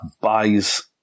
buys